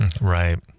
Right